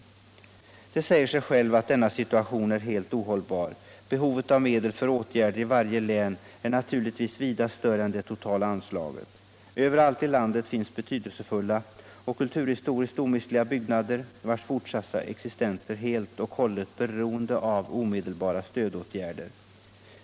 Det säger sig självt att denna situation är helt ohållbar. Behovet av medel för åtgärder i varje län är naturligtvis vida större än det totala anslaget. Överallt i landet finns betydelsefulla och kulturhistoriskt omistliga byggnader, vilkas fortsatta existens är helt och hållet beroende av omedelbara stödåtgärder.